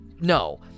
No